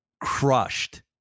crushed